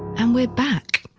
and we're back.